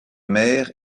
maires